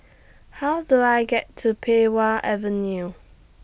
How Do I get to Pei Wah Avenue